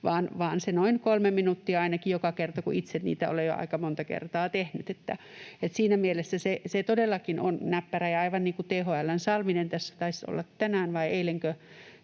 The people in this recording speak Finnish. vaan se noin 3 minuuttia — ainakin joka kerta, kun itse niitä olen jo aika monta kertaa tehnyt. Siinä mielessä se todellakin on näppärä, ja aivan niin kuin THL:n Salminen myös sanoi haastattelussa